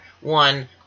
One